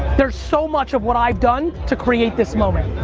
there's so much of what i've done to create this moment.